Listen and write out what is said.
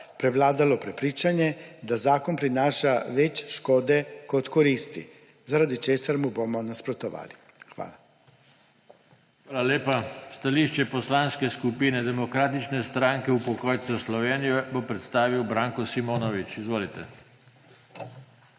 prevladalo prepričanje, da zakon prinaša več škode kot koristi, zaradi česar mu bomo nasprotovali. Hvala. PODPREDSEDNIK JOŽE TANKO: Hvala lepa. Stališče Poslanske skupine Demokratične stranke upokojencev Slovenije bo predstavil Branko Simonovič. Izvolite. BRANKO